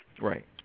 Right